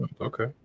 okay